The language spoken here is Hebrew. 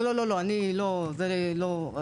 לא,